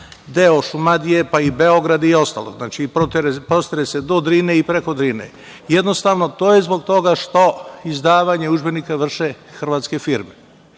deo Šumadije, pa i Beograda i ostalog. Znači, prostire se do Drine i preko Drine. Jednostavno, to je zbog toga što izdavanje udžbenika vrše hrvatske firme,